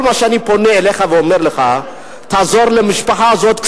כל מה שאני פונה אליך ואומר לך: תעזור למשפחה הזאת,